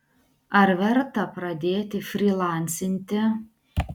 ar verta pradėti frylancinti